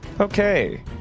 okay